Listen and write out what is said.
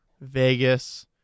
Vegas